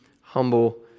humble